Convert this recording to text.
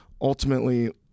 Ultimately